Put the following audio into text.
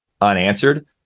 unanswered